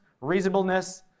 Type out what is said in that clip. reasonableness